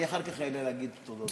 אני אחר כך אעלה להגיד תודות.